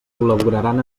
col·laboraran